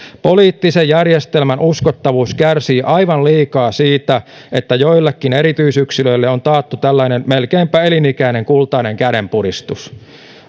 poliittisen järjestelmän uskottavuus kärsii aivan liikaa siitä että joillekin erityisyksilöille on taattu tällainen melkeinpä elinikäinen kultainen kädenpuristus